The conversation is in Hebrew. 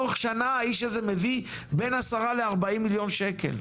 בתוך שנה האיש הזה מביא בין 10-40 מיליון שקלים,